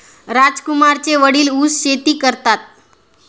राजकुमारचे वडील ऊस शेती करतात